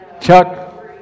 Chuck